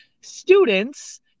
students